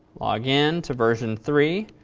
log in to version three,